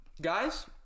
guys—